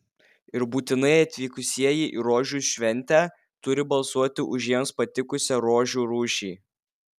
ir būtinai atvykusieji į rožių šventę turi balsuoti už jiems patikusią rožių rūšį